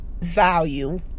value